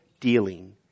dealing